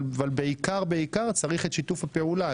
אבל בעיקר בעיקר צריך את שיתוף הפעולה,